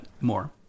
more